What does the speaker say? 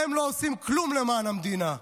והם לא עושים כלום למען המדינה.